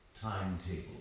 timetable